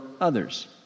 others